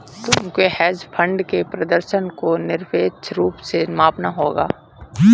तुमको hedge fund के प्रदर्शन को निरपेक्ष रूप से मापना होगा